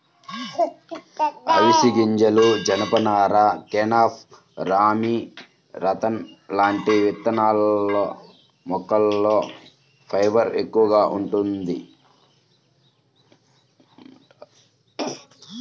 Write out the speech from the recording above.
అవిశె గింజలు, జనపనార, కెనాఫ్, రామీ, రతన్ లాంటి విత్తనాల మొక్కల్లో ఫైబర్ ఎక్కువగా వుంటది